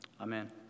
Amen